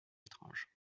étrange